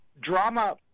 drama